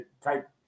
type